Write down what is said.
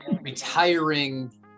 retiring